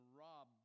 rob